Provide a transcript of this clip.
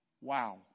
Wow